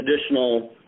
additional